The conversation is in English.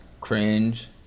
cringe